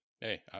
Hey